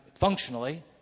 functionally